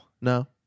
No